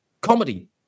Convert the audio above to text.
comedy